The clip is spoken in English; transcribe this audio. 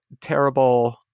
terrible